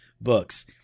books